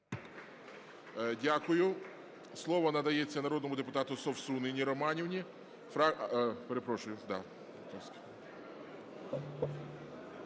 Дякую. Слово надається народному депутату Совсун Інні Романівні…